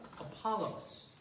Apollos